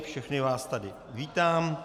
Všechny vás tady vítám.